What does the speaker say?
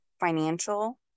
financial